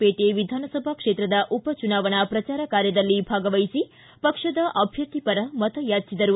ಪೇಟೆ ವಿಧಾನಸಭಾ ಕ್ಷೇತ್ರದ ಉಪಚುನಾವಣಾ ಪ್ರಚಾರ ಕಾರ್ಯದಲ್ಲಿ ಭಾಗವಹಿಸಿ ಪಕ್ಷದ ಅಭ್ಯರ್ಥಿ ಪರ ಮತ ಯಾಚಿಸಿದರು